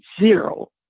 zero